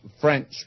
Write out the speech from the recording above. French